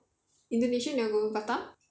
indonesia never go batam